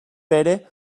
pere